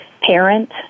parent